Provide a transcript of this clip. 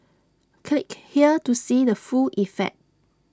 click here to see the full effect